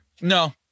No